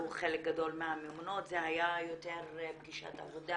יותר פגישת עבודה